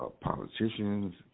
politicians